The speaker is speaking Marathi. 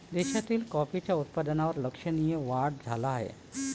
देशातील कॉफीच्या उत्पादनात लक्षणीय वाढ झाला आहे